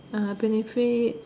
benefits